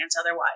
otherwise